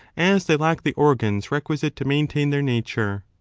as they lack the organs requisite to maintain their nature.